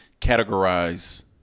categorize